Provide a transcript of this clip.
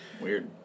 weird